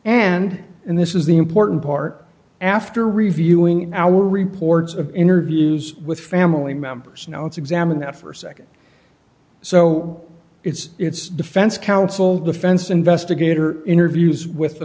and and this is the important part after reviewing our reports of interviews with family members now it's examine that for a nd so it's it's defense counsel defense investigator interviews with the